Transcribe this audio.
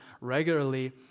regularly